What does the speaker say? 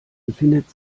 befindet